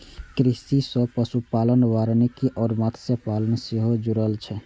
कृषि सं पशुपालन, वानिकी आ मत्स्यपालन सेहो जुड़ल छै